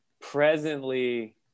presently